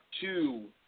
two